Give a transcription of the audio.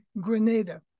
Grenada